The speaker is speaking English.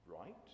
right